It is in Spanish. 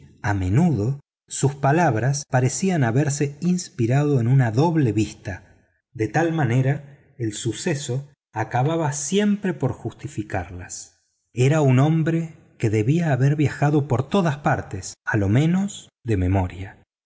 a menudo sus palabras parecían haberse inspirado en una doble vista de tal manera el suceso acababa siempre por justificarlas era un hombre que debía haber viajado por todas partes a lo menos de memoria